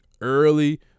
early